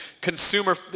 consumer